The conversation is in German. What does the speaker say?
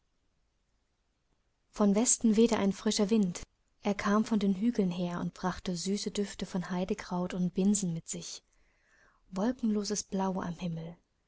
von westen wehte ein frischer wind er kam von den hügeln her und brachte süße düfte von heidekraut und binsen mit sich wolkenloses blau am himmel